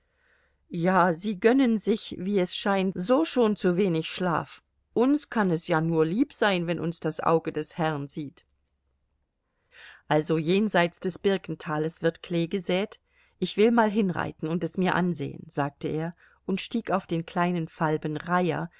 ja sie gönnen sich wie es scheint so schon zu wenig schlaf uns kann es ja nur lieb sein wenn uns das auge des herrn sieht also jenseits des birkentales wird klee gesät ich will mal hinreiten und es mir ansehen sagte er und stieg auf den kleinen falben reiher